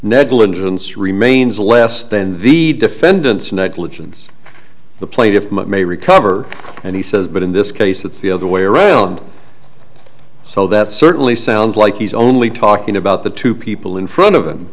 negligence remains less then the defendant's negligence the plaintiff may recover and he says but in this case it's the other way around so that certainly sounds like he's only talking about the two people in front of him